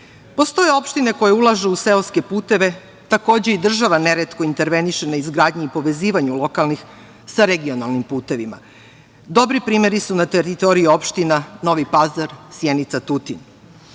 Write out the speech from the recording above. Postoje opštine koje ulažu u seoske puteve, takođe i država neretko interveniše na izgradnji i povezivanju lokalnih sa regionalnim putevima. Dobri primeri su na teritoriji opštine Novi Pazar, Sjenica, Tutin.